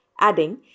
adding